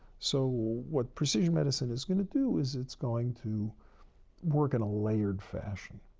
so, what precision medicine is going to do is it's going to work in a layered fashion.